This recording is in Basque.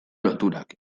loturak